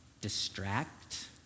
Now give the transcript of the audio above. distract